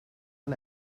een